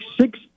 six